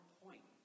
point